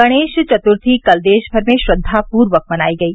गणेश चतुर्थी कल देशभर में श्रद्वापूर्वक मनाई गयी